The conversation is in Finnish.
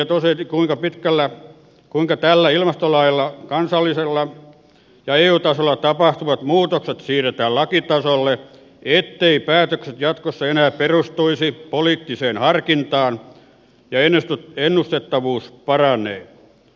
ympäristövaliokunnassa eräs asiantuntija totesi kuinka tällä ilmastolailla kansallisella ja eu tasolla tapahtuvat muutokset siirretään lakitasolle etteivät päätökset jatkossa enää perustuisi poliittiseen harkintaan ja ennustettavuus paranee